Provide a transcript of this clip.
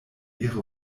ihre